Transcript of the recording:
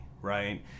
right